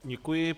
Děkuji.